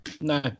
No